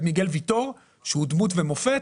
את מיגל ויטור שהוא דמות ומופת,